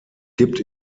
gibt